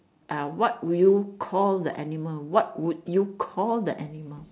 uh what would you call the animal what would you call the animal